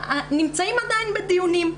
נמצאים עדיין בדיונים.